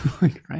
right